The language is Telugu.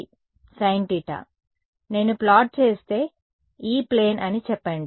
sin θ కాబట్టి నేను ప్లాట్ చేస్తే E ప్లేన్ అని చెప్పండి